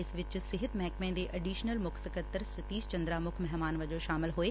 ਇਸ ਵਿਚ ਸਿਹਤ ਮਹਿਕਮੇ ਦੇ ਅਡੀਸ਼ਨਲ ਮੁੱਖ ਸਕੱਤਰ ਸਤੀਸ਼ ਚੰਦਰਾ ਮੁੱਖ ਮਹਿਮਾਨ ਵਜੋਂ ਸ਼ਾਮਲ ਹੋਏ